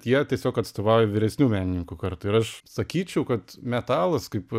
jie tiesiog atstovauja vyresnių menininkų kartą ir aš sakyčiau kad metalas kaip